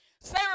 Sarah